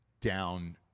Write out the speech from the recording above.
down